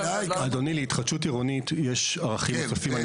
--- אדוני, להתחדשות עירונית יש ערכים נוספים.